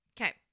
Okay